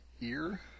ear